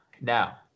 Now